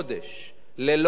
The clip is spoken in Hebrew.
ללא הגבלת זמן